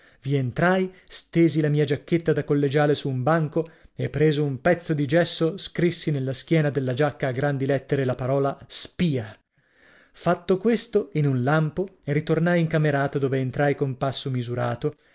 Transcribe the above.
i entrai stesi la mia giacchetta da collegiale su un banco e preso un pezzo di gesso scrissi nella schiena della giacca a grandi lettere la parola spia fatto questo in un lampo ritornai in camerata dove entrai con passo misurato